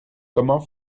comment